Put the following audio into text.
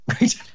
right